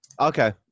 Okay